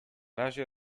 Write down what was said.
razie